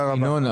ינון,